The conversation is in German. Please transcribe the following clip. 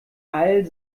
all